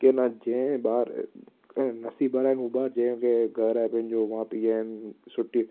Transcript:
की न जंहिं ॿार नसीबु वारा आहिनि उहा ॿार जंहिंखें घरु आहे पंहिंजो माउ पीउ आहिनि सुठी